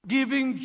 Giving